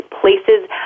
places